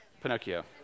Pinocchio